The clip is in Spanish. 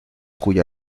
cuya